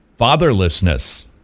Fatherlessness